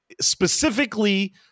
specifically